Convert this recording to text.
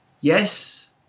yes